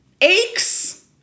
aches